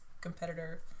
competitor